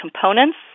components